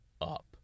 up